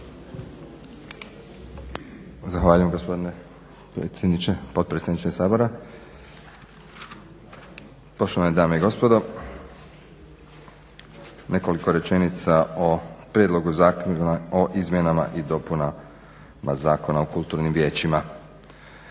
Zahvaljujem gospodine potpredsjedniče Sabora, poštovane dame i gospodo. Nekoliko rečenica o prijedlogu Zakona o izmjenama i dopuni Zakona o kulturnim vijećima.